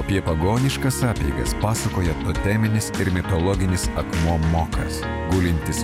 apie pagoniškas apeigas pasakoja toteminis mitologinis akmuo mokas gulintis